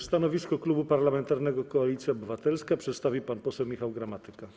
Stanowisko Klubu Parlamentarnego Koalicja Obywatelska przedstawi pan poseł Michał Gramatyka.